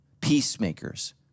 peacemakers